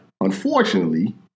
unfortunately